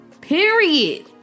Period